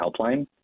Helpline